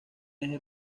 eje